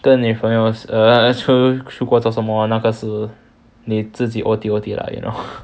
跟女朋友 err 出出国做什么那个是你自己 O_T_O_T lah you know